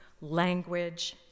language